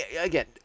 again